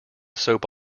soap